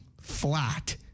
flat